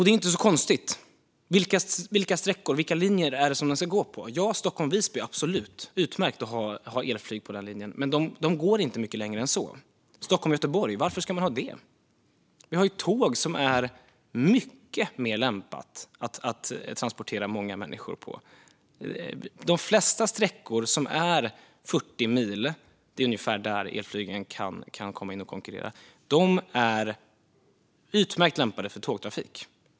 Det är inte heller så konstigt, för vilka linjer är det elflyget ska gå på? Stockholm-Visby, absolut - det vore utmärkt att ha elflyg på den linjen. Men elflyg går inte mycket längre än så. Varför ska man ha elflyg Stockholm-Göteborg? Vi har ju tåg, vilket är mycket mer lämpat för att transportera många människor. De flesta sträckor på 40 mil - det är på ungefär så långa sträckor som elflyget kan komma in och konkurrera - är utmärkt lämpade för tågtrafik.